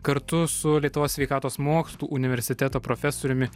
kartu su lietuvos sveikatos mokslų universiteto profesoriumi